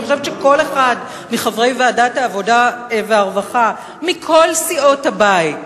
נראה לי שכל אחד מחברי ועדת העבודה והרווחה מכל סיעות הבית,